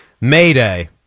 Mayday